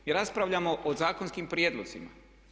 Mi raspravljamo o zakonskim prijedlozima.